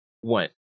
one